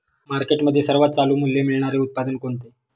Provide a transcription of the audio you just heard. मार्केटमध्ये सर्वात चालू मूल्य मिळणारे उत्पादन कोणते?